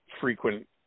frequent